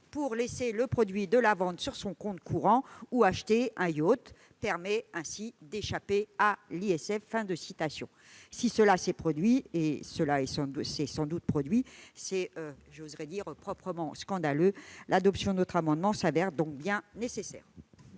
pour laisser le produit de la vente sur son compte courant ou acheter un yacht permet ainsi d'échapper à l'ISF ». Si cela s'est produit- et je crois que c'est le cas -, c'est proprement scandaleux ! L'adoption de notre amendement s'avère donc nécessaire.